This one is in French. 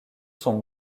sont